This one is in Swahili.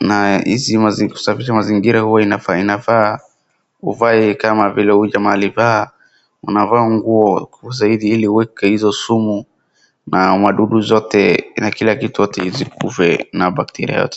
na hizi kusafisha mazingira huwa inafaa uvae kama vile huyu jamaa alivaa, unavaa nguo zaidi ili uweke hizo sumu na wadudu wote na kila kitu yote ikufe na bakteria yote.